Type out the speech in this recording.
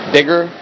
Bigger